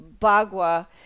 bagua